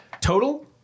total